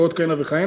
ועוד כהנה וכהנה,